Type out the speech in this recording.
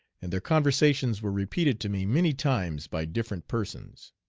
and their conversations were repeated to me many times by different persons.